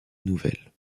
nouvel